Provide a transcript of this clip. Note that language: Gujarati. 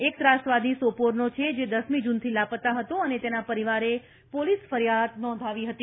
એક ત્રાસવાદી સોપોરનો છે જે દસમી જૂનથી લાપતા હતો અને તેના પરિવારે પોલીસ ફરીયાદ નોંધાવી હતી